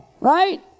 right